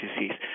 disease